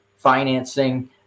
financing